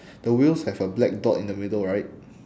the wheels have a black dot in the middle right